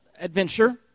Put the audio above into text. adventure